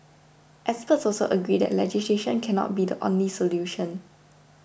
experts also agree that legislation cannot be the only solution